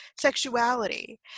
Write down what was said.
sexuality